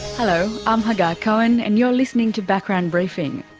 hello, i'm hagar cohen, and you're listening to background briefing.